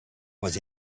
was